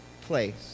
place